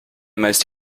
most